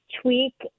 tweak